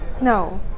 No